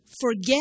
forget